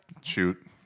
Shoot